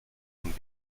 and